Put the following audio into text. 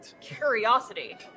curiosity